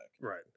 Right